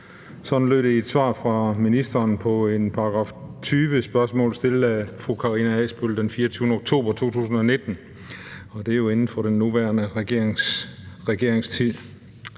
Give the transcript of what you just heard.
Sådan lød det i et svar fra ministeren på et § 20-spørgsmål, stillet af fru Karina Adsbøl den 24. oktober 2019, og det er jo inden for den nuværende regerings